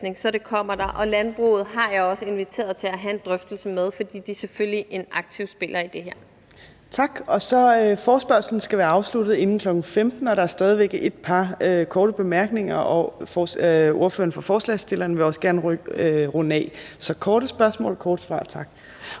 Så det kommer der. Og landbruget har jeg også inviteret til at have en drøftelse med, for de er selvfølgelig en aktiv spiller i det her. Kl. 14:49 Fjerde næstformand (Trine Torp): Tak. Forespørgslen skal være afsluttet inden kl. 15.00, og der er stadig væk et par korte bemærkninger, og ordføreren for forespørgerne vil også gerne runde af. Så korte spørgsmål og korte svar, tak.